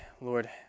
Lord